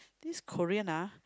this Korean ah